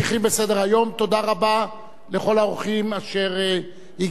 תודה רבה לכל האורחים אשר הגיעו אלינו,